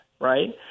Right